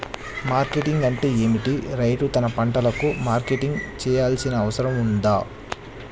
Marketing అంటే ఏమిటి? రైతు తన పంటలకు మార్కెటింగ్ చేయాల్సిన అవసరం ఉందా?